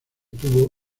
tuvo